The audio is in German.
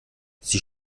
sie